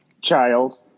child